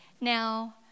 now